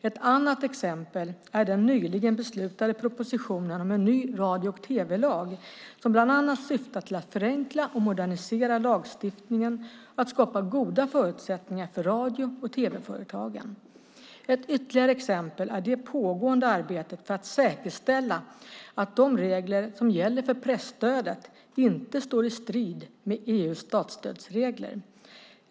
Ett annat exempel är den nyligen beslutade propositionen om en ny radio och tv-lag som bland annat syftar till att förenkla och modernisera lagstiftningen och att skapa goda förutsättningar för radio och tv-företagen. Ett ytterligare exempel är det pågående arbetet för att säkerställa att de regler som gäller för presstödet inte står i strid med EU:s statsstödsregler.